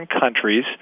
countries